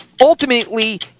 Ultimately